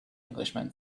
englishman